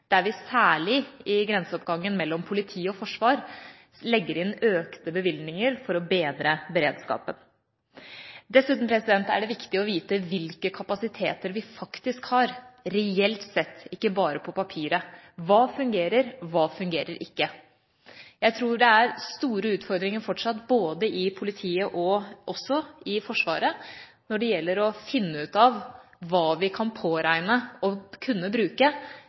der vi særlig i grenseoppgangen mellom politi og forsvar legger inn økte bevilgninger for å bedre beredskapen. Dessuten er det viktig å vite hvilke kapasiteter vi faktisk har reelt sett, ikke bare på papiret: Hva fungerer? Hva fungerer ikke? Jeg tror det fortsatt er store utfordringer både i politiet og i Forsvaret når det gjelder å finne ut av hva vi kan påregne å kunne bruke